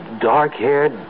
dark-haired